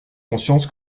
conscience